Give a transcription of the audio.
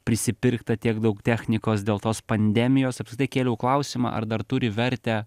prisipirkta tiek daug technikos dėl tos pandemijos apskritai kėliau klausimą ar dar turi vertę